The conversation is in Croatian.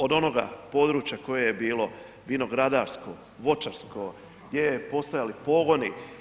Od onoga područja koje je bilo vinogradarsko, voćarsko, gdje su postojali pogoni.